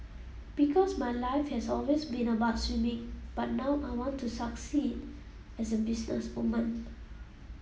because my life has always been about swimming but now I want to succeed as a businesswoman